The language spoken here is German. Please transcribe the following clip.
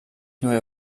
neue